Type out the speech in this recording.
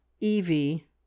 evie